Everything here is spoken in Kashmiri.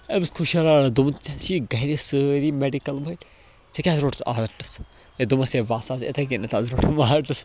أمِس کھوٚت شرارت دوٚپُن ژےٚ چھِ گرِ سٲری مٮ۪ڈِکَل وٲلۍ ژےٚ کیٛازِ روٚٹُتھ آٹٕس ہے دوٚپمس ہے بہٕ حظ آس یِتھَے کٔنٮ۪تھ آز روٚٹُم آٹٕس